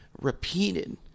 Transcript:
repeated